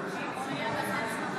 אינו נוכח שרון